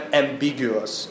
ambiguous